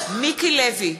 מיקי לוי,